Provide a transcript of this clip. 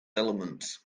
elements